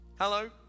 hello